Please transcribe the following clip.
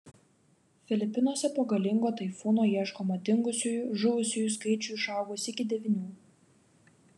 filipinuose po galingo taifūno ieškoma dingusiųjų žuvusiųjų skaičiui išaugus iki devynių